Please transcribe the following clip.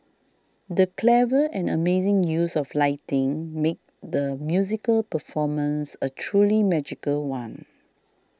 the clever and amazing use of lighting made the musical performance a truly magical one